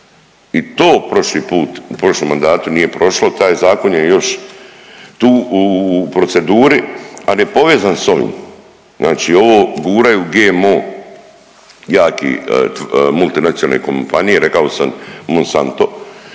I to prošli put u prošlom mandatu nije prošlo, taj zakon je još tu u proceduri, ali je povezan sa ovim. Znači ovo guraju GMO jaki, multinacionalne kompanije. Rekao sam Monsanto.